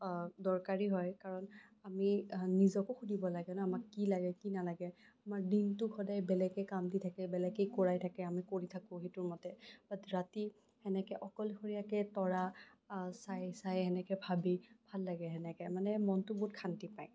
দৰকাৰী হয় কাৰণ আমি নিজকো সুধিব লাগে ন' আমাক কি লাগে কি নালাগে আমাক দিনটো সদায় বেলেগে কাম দি থাকে বেলেগে কৰাই থাকে আমি কৰি থাকোঁ সেইটোৰ মতে বাত ৰাতি সেনেকে অকলশৰীয়াকে তৰা চাই চাই সেনেকে ভাবি ভাল লাগে সেনেকে মানে মনটো বহুত শান্তি পায়